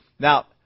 Now